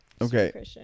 Okay